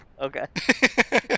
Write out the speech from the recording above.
Okay